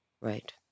Right